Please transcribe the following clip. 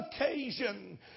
occasion